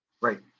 Right